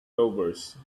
clovers